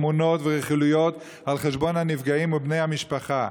תמונות ורכילויות על חשבון הנפגעים ובני המשפחה.